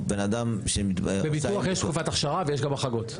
בביטוח יש תקופת אכשרה ויש גם החרגות.